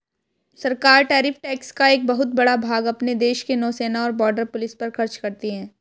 सरकार tariff tax का एक बहुत बड़ा भाग अपने देश के नौसेना और बॉर्डर पुलिस पर खर्च करती हैं